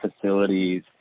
facilities